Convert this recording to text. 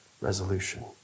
resolution